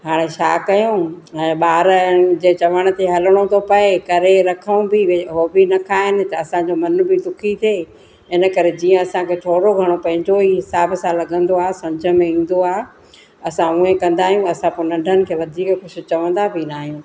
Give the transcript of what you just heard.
हाणे छा कयूं हुन जा ॿारनि जे चवण ते हलिणो थो पए करे रखूं बि हो बि न खाइनि त असांजो मन बि दुखी थिए इन करे जीअं असांखे थोरो घणो पंहिंजो कोई हिसाब सां लॻंदो आहे सम्झि में ईंदो आहे असां उहे कंदा आहियूं असां पोइ नंढनि खे वधीक कुझु चवंदा बि न आहियूं